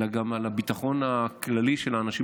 אלא גם של הביטחון הכללי של האנשים